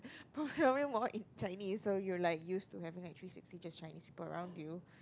probably more in Chinese so you're like used to having like Chinese people around you